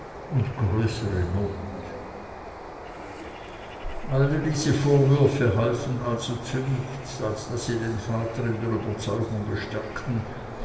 und größere not alle diese vorwürfe halfen also zu nichts als daß sie den vater in der überzeugung bestärkten